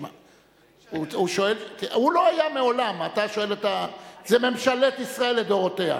הוא לא היה מעולם, זה ממשלת ישראל לדורותיה.